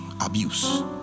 abuse